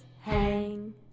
hang